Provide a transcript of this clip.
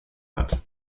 hat